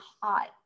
hot